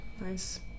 nice